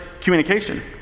communication